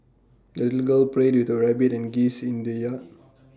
the little girl played with her rabbit and geese in the yard